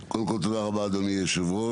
קודם כל, תודה רבה, אדוני היושב-ראש.